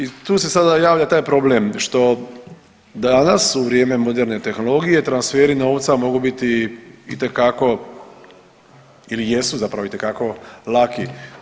I tu se sada javlja taj problem što danas u vrijeme moderne tehnologije transferi novca mogu biti itekako ili jesu zapravo itekako lako.